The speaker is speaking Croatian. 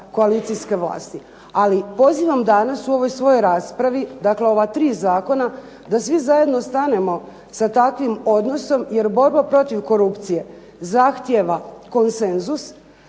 koalicijske vlasti. Ali pozivam danas u ovoj svojoj raspravi dakle ova tri zakona da svi zajedno stanemo sa takvim odnosnom jer borba protiv korupcije zahtijeva konsenzus,